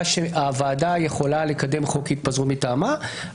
שהוועדה יכולה לקדם חוק התפזרות מטעמה.